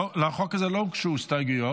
לא, לחוק הזה לא הוגשו הסתייגויות,